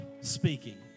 speaking